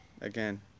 Again